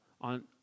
on